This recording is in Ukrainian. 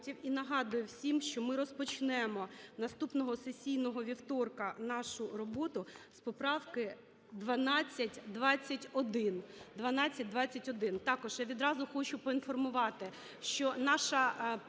і нагадую всім, що ми розпочнемо наступного сесійного вівторка нашу роботу з поправки 1221. 1221. Також я відразу хочу поінформувати, що наша